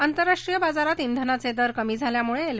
आंतरराष्ट्रीय बाजारात इंधनाचे दर कमी झाल्यामुळे एल